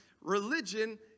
religion